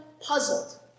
puzzled